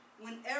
whenever